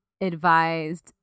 advised